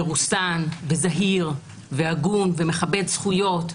מרוסן וזהיר והגון ומכבד ומכבד זכויות,